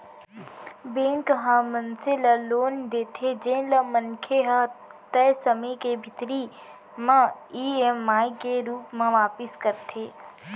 bank ह मनसे ल लोन देथे जेन ल मनखे ह तय समे के भीतरी म ईएमआई के रूप म वापिस करथे